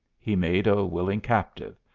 he made a willing captive.